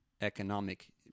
economic